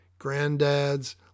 granddads